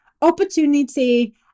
opportunity